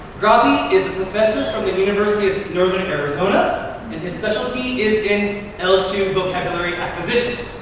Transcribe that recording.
grabe and is a professor from the university of northern arizona and his specialty is in l two vocabulary acquisition.